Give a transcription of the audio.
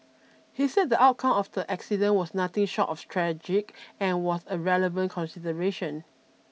he said the outcome of the accident was nothing short of tragic and was a relevant consideration